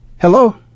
Hello